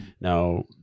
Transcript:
now